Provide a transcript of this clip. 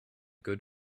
good